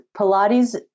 Pilates